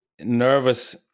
nervous